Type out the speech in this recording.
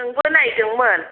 नोंबो नायदोंमोन